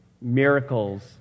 miracles